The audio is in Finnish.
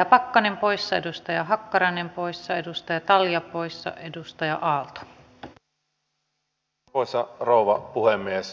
asiantuntijalausunnoille ja arvioille ole aina annettu sitä painoarvoa joka lausunnoilla tulisi olla